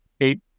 eight